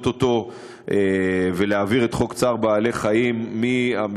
אותו ולהעביר את חוק צער בעלי-חיים מהמשרד